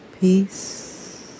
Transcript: peace